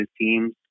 teams